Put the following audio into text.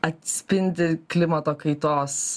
atspindi klimato kaitos